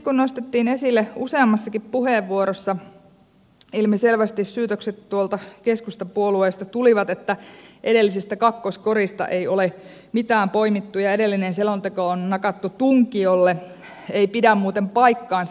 kun nostettiin esille useammassakin puheenvuorossa ilmiselvästi syytökset tuolta keskustapuolueesta tulivat että edellisestä kakkoskorista ei ole mitään poimittu ja edellinen selonteko on nakattu tunkiolle niin se ei pidä muuten paikkaansa